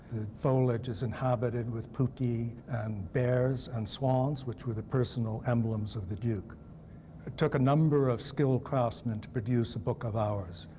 foliage is inhabited with putti and bears and swans, which were the personal emblems of the duke. it took a number of skilled craftsmen to produce a book of hours.